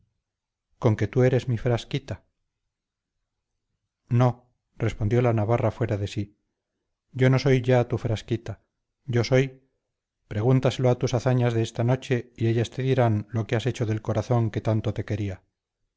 conque tú eres mi frasquita no respondió la navarra fuera de sí yo no soy ya tu frasquita yo soy pregúntaselo a tus hazañas de esta noche y ellas te dirán lo que has hecho del corazón que tanto te quería